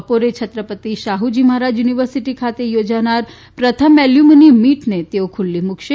બપોરે છત્રપતિ શાહુજી મહારાજ યુનિવર્સીટી ખાતે યોજાનાર પ્રથમ એલ્યુમની મીટ ખુલ્લી મુકશે